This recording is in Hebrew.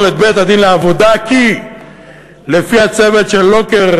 את בית-הדין לעבודה כי לפי הצוות של לוקר,